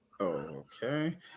Okay